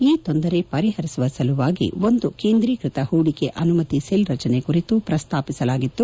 ಈ ತೊಂದರೆ ಪರಿಪರಿಸುವ ಸಲುವಾಗಿ ಒಂದು ಕೇಂದ್ರೀಕ್ಷಕ ಹೂಡಿಕೆ ಅನುಮತಿ ಸೆಲ್ ರಚನೆ ಕುರಿತು ಪ್ರಸ್ತಾಪಿಸಲಾಗಿತ್ತು